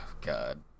god